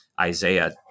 Isaiah